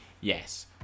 Yes